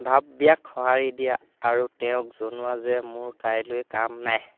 ভাব্যাক সঁহাৰি দিয়া আৰু তেওঁক জনোৱা যে মোৰ কাইলৈ কাম নাই